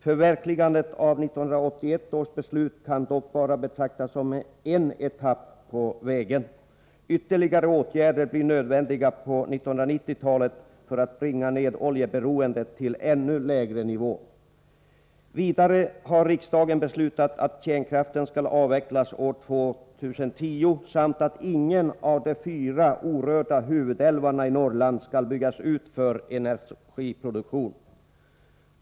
Förverkligandet av 1981 års beslut kan dock bara betraktas som en etapp på vägen. Ytterligare åtgärder blir nödvändiga på 1990-talet för att bringa ned oljeberoendet till ännu lägre nivå. Vidare har riksdagen beslutat att kärnkraften skall avvecklas år 2010 samt att ingen av de fyra orörda huvudälvarna i Norrland skall byggas ut för energiproduktion.